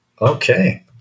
Okay